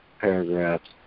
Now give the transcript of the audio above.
paragraphs